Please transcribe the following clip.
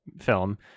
film